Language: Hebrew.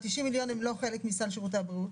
אני מדבר על החלק שאחרי.